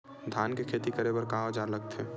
धान के खेती करे बर का औजार लगथे?